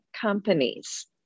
companies